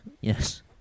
Yes